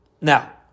Now